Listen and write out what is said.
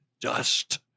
dust